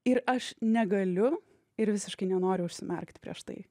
ir aš negaliu ir visiškai nenoriu užsimerkti prieš tai